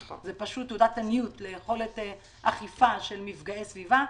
זו פשוט תעודת עניות ליכולת אכיפה של מפגעי סביבה.